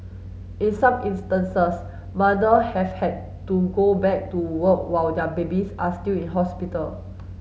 in some instances mother have had to go back to work while their babies are still in hospital